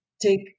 take